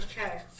Okay